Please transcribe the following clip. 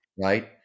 Right